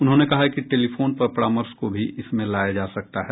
उन्होंने कहा कि टेलीफोन पर परामर्श को भी इसमें लाया जा सकता है